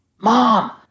mom